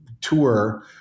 tour